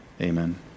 amen